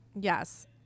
Yes